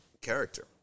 character